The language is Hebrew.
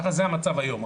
זה המצב היום.